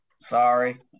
sorry